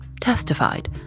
testified